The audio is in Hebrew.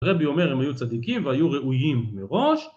הרבי אומר הם היו צדיקים והיו ראויים מראש